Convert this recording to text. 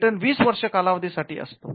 patent वीस वर्ष कालावधी साठी असतो